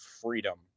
freedom